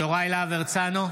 הרצנו,